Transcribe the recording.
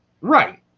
Right